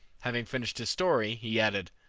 having finished his story, he added,